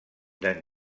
d’en